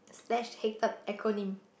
less hated acronym